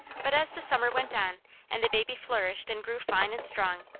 but as the summer went on and the baby flourished and grew fine and strong,